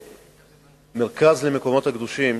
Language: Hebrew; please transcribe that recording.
המרכז למקומות הקדושים,